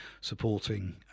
supporting